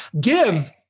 Give